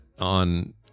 on